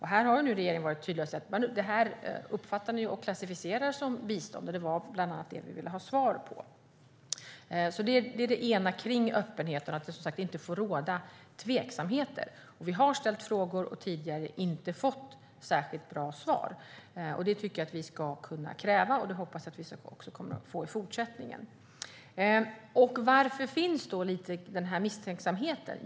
Här har regeringen varit tydlig och sagt att detta klassificeras som bistånd, och det var bland annat det vi ville ha svar på. Det får som sagt inte råda tveksamheter. Vi har ställt frågor tidigare men inte fått särskilt bra svar. Det tycker jag att vi ska kunna kräva, och det hoppas jag att vi kommer att få i fortsättningen. Varför finns då den här misstänksamheten?